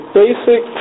basic